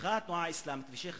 נהפכו התנועה האסלאמית והשיח'